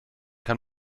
kann